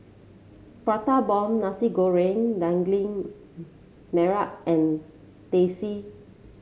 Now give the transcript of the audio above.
Prata Bomb Nasi Goreng Daging Merah and Teh C